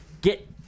get